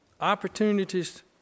opportunities